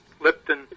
Lipton